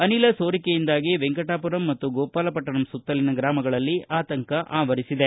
ಅನಿಲ ಸೋರಿಕೆಯಿಂದಾಗಿ ವೆಂಕಟಾಪುರಂ ಮತ್ತು ಗೋಪಾಲಪಟ್ಟಣಂ ಸುತ್ತಲಿನ ಗ್ರಾಮಗಳಲ್ಲಿ ಆತಂಕ ಆವರಿಸಿದೆ